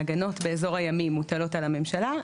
ההגנות באזור הימי מוטלות על הממשלה,